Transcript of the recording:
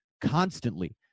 constantly